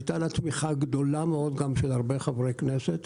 הייתה לה תמיכה גדולה מאוד של הרבה חברי כנסת,